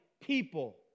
people